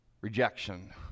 Rejection